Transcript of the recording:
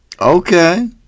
Okay